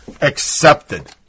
accepted